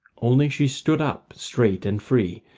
only she stood up straight and free,